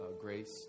grace